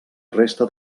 resta